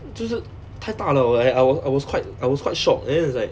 就是太大 liao I I was I was quite I was quite shocked and then it's like